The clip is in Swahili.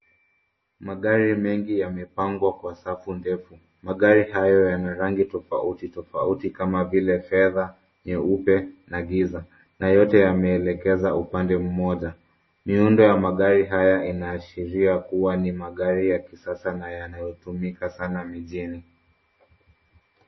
Magari mengi yamepangwa kwa safu ndefu. Magari hayo yana rangi tofauti tofauti kama vile fedha, nyeupe, na giza, na yote yameelekezwa upande mmoja. Miundo ya magari haya inaashiria kuwa ni magari ya kisasa na yanayotumika sana mijini.